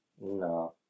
No